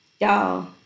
y'all